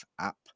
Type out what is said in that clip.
app